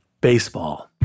baseball